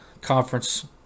conference